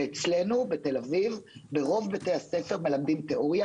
ואצלנו בתל-אביב ברוב בתי הספר מלמדים תיאוריה.